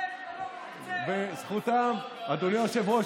אדוני היושב-ראש,